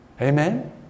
Amen